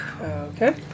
Okay